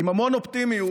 עם המון אופטימיות